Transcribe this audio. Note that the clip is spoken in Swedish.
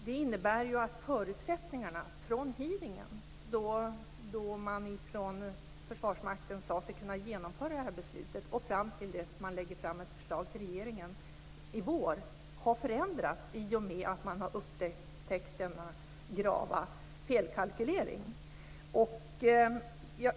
Det innebär att förutsättningarna från hearingen, då man från Försvarsmaktens sida sade sig kunna genomföra det här beslutet, och fram till dess man lägger fram ett förslag till regeringen i vår har förändrats i och med att man har upptäckt denna grava felkalkylering.